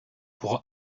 pour